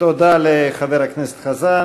תודה לחבר הכנסת חזן.